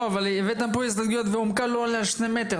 הבאת פה הסתייגויות: "ועומקה לא עולה על שני מטר".